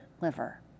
liver